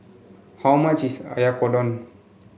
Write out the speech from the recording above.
how much is Oyakodon